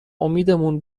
امیدمون